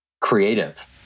creative